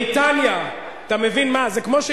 בריטניה תורמת ל"וועד הציבורי,